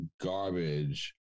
garbage